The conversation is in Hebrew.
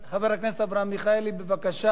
חבר הכנסת אברהם מיכאלי, בבקשה.